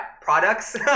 products